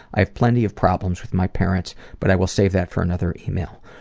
i have plenty of problems with my parents but i will save that for another email.